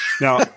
Now